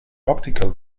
optical